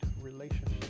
relationship